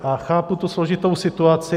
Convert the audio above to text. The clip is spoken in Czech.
A chápu složitou situaci.